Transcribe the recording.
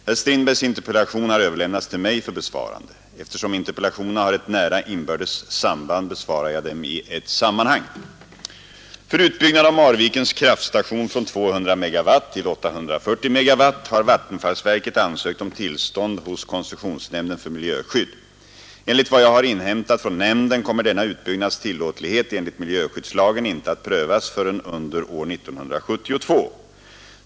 Herr Strindbergs interpellation har överlämnats till mig för besvarande. Eftersom interpellationerna har ett nära inbördes samband besvarar jag dem i ett sammanhang. För utbyggnad av Marvikens kraftstation från 200 MW till 840 MW har vattenfallsverket ansökt om tillstånd hos koncessionsnämnden för miljöskydd. Enligt vad jag har inhämtat från nämnden kommer denna utbyggnads tillåtlighet enligt miljöskyddslagen inte att prövas förrän under år 1972.